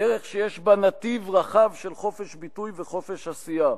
דרך שיש בה נתיב רחב של חופש ביטוי וחופש עשייה.